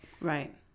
right